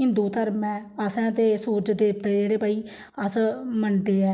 हिन्दू धर्म ऐ असें ते सूरज देवता जेह्ड़े भाई अस मनदे ऐ